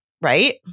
Right